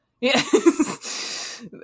Yes